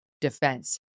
defense